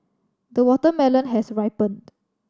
the watermelon has ripened